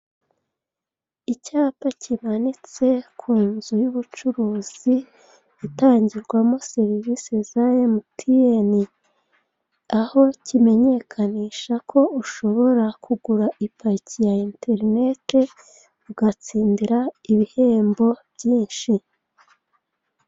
Icyapa kimanitse ku nzu y'ubucuruzi itangirwamo serivisi za MTN, aho ushobora kugura ipaki, ugatsindiramo ibihembo byinshi.